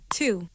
two